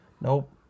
nope